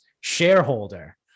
shareholder